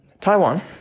Taiwan